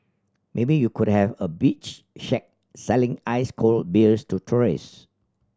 maybe you could have a beach shack selling ice cold beers to tourists